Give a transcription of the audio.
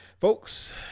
folks